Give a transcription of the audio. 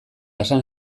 esan